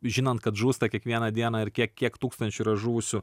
žinant kad žūsta kiekvieną dieną ir kiek kiek tūkstančių yra žuvusių